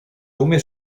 umiesz